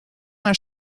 naar